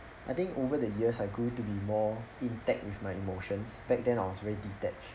I think over the years I grew to be more intact with my emotions back then I was very detach